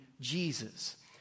Jesus